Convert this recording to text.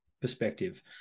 perspective